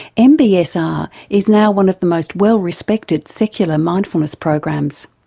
mbsr is now one of the most well respected secular mindfulness programs.